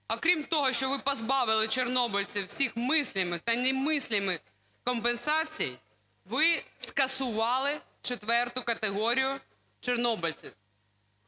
окрім того, що ви позбавили чорнобильців всіх мыслимых та немыслимых компенсацій, ви скасували четверту категорію чорнобильців,